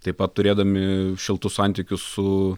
taip pat turėdami šiltus santykius su